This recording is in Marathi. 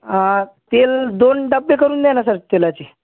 तेल दोन डबे करून द्या ना सर तेलाचे